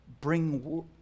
bring